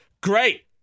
great